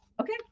okay